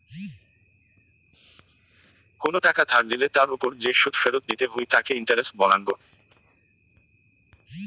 কোনো টাকা ধার লিলে তার ওপর যে সুদ ফেরত দিতে হই তাকে ইন্টারেস্ট বলাঙ্গ